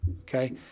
Okay